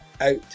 out